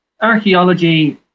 archaeology